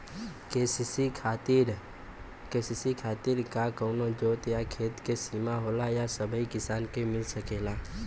KCC खातिर का कवनो जोत या खेत क सिमा होला या सबही किसान के मिल सकेला?